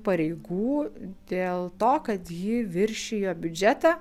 pareigų dėl to kad ji viršijo biudžetą